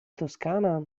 toscana